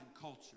culture